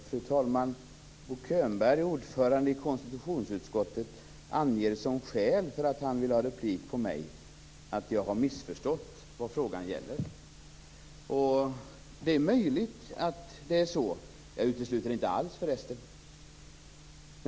Fru talman! Bo Könberg, ordförande i konstitutionsutskottet, anger som skäl för att vilja ha replik på mig att jag har missförstått vad frågan gäller. Det är möjligt att det är så - jag utesluter det inte alls.